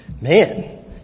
Man